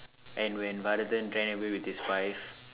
and when Varadhan ran away with his wife